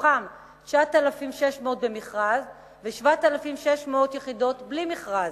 מתוכן 9,600 במכרז ו-7,600 בלי מכרז.